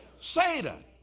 Satan